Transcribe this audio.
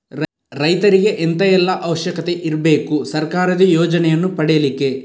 ರೈತರಿಗೆ ಎಂತ ಎಲ್ಲಾ ಅವಶ್ಯಕತೆ ಇರ್ಬೇಕು ಸರ್ಕಾರದ ಯೋಜನೆಯನ್ನು ಪಡೆಲಿಕ್ಕೆ?